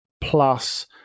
plus